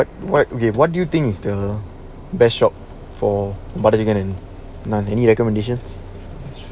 what what do you think is the best shop for butter chicken and other india dishe's